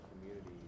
community